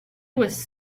was